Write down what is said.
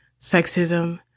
sexism